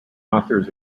authors